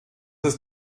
ist